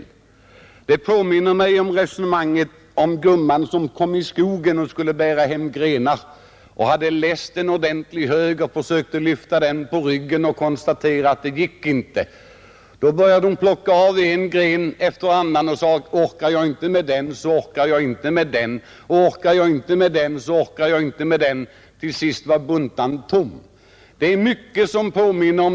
Det talet påminner mig om det resonemang gumman förde som skulle bära hem en knippa grenar från skogen. Hon hade samlat ihop en ordentlig knippa med grenar och försökt lyfta upp den på ryggen, men det gick inte. Då började hon plocka av grenarna igen en efter en och sade: Orkar jag inte med den, så orkar jag inte med den osv., och till sist var grenknippan slut.